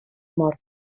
mort